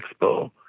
Expo